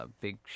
Big